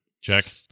check